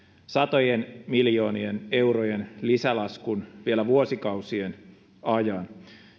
satojen miljoonien eurojen lisälaskun vielä vuosikausien ajan